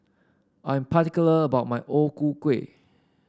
I'm particular about my O Ku Kueh